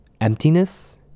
emptiness